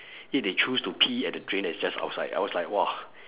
yet they choose to pee at the drain that is just outside I was like !wah!